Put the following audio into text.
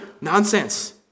Nonsense